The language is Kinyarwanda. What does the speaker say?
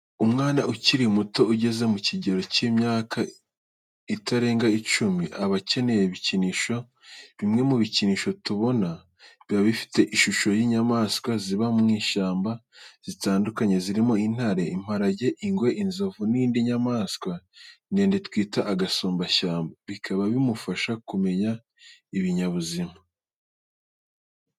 Umwana ukiri muto ugeze mu kigero cy’imyaka itarenga icumi aba akeneye ibikinisho. Bimwe mu bikinisho tubona biba bifite ishusho y’inyamaswa ziba mu ishyamba zitandukanye, zirimo intare, imparage, ingwe, inzovu, n’indi nyamanswa ndende twita agasumbashyamba, bikaba bimufasha kumenya ibinyabuzima.